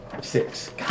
Six